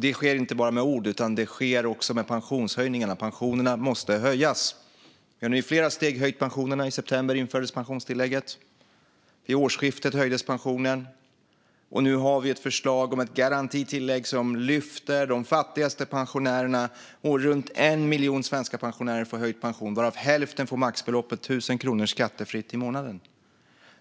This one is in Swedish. Det sker inte bara med ord, utan det sker också med pensionshöjningar. Pensionerna måste höjas. Vi har nu i flera steg höjt pensionerna. I september infördes pensionstillägget. Vid årsskiftet höjdes pensionen. Nu har vi ett förslag om ett garantitillägg som lyfter de fattigaste pensionärerna. Runt 1 miljon svenska pensionärer får höjd pension, varav hälften får maxbeloppet 1 000 kronor skattefritt i månaden.